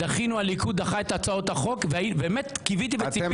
הליכוד דחה את הצעות החוק וקיוויתי וציפיתי -- אתם